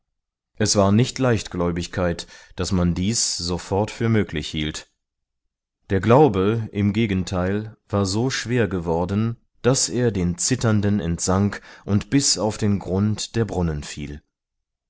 es war nicht leichtgläubigkeit daß man dies sofort für möglich hielt der glaube im gegenteil war so schwer geworden daß er den zitternden entsank und bis auf den grund der brunnen fiel